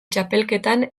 txapelketan